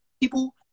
people